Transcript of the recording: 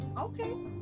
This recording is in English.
Okay